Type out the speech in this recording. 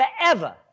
Forever